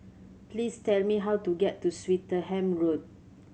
please tell me how to get to Swettenham Road